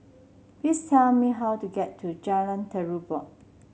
please tell me how to get to Jalan Terubok